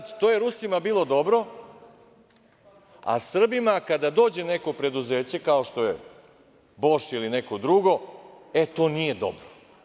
To je Rusima bilo dobro, a Srbima kada dođe neko preduzeće kao što je "Boš" ili neko drugi, e, to nije dobro.